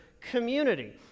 community